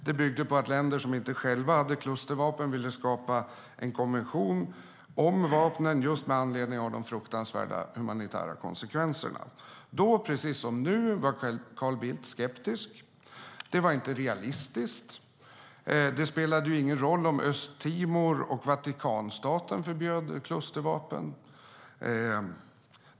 Det byggde på att länder som inte själva hade klustervapen ville skapa en konvention om vapnen just med anledning av de fruktansvärda humanitära konsekvenserna. Då, precis som nu, var Carl Bildt skeptisk. Det var inte realistiskt. Det spelade ingen roll om Östtimor och Vatikanstaten förbjöd klustervapen.